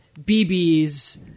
BBs